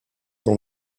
dans